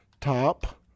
top